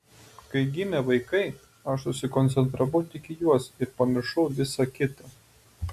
kai gimė vaikai aš susikoncentravau tik į juos ir pamiršau visa kita